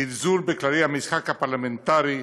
זלזול בכללי המשחק הפרלמנטרי,